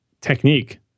technique